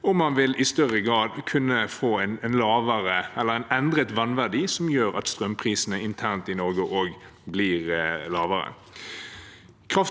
man vil i større grad kunne få en endret vannverdi som gjør at strømprisene internt i Norge også blir lavere.